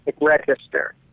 register